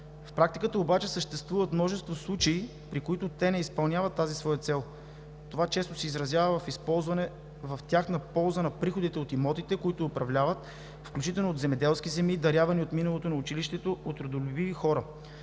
В практиката обаче съществуват множество случаи, при които те не изпълняват тази своя цел. Това често се изразява в използване в тяхна полза на приходите от имотите, които управляват, включително от земеделски земи, дарявани в миналото на училището от родолюбиви хора.